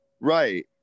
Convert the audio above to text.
Right